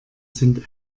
sind